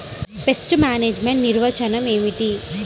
Pest management నిర్వచనం ఏమిటి?